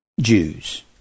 Jews